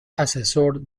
asesor